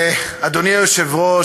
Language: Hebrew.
אדוני היושב-ראש,